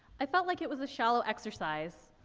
i felt like it was a shallow exercise,